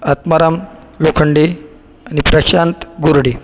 आत्माराम लोखंडे आणि प्रशांत गुरडे